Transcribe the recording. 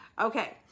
Okay